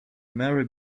mary